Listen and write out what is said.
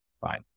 fine